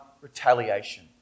retaliation